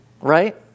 right